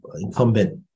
incumbent